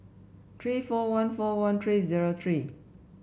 three four one four one three zero three